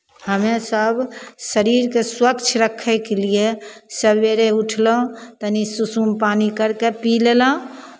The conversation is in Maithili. हम्मेसभ शरीरके स्वच्छ रखयके लिए सवेरे उठलहुँ तनी सुसुम पानी करि कऽ पी लेलहुँ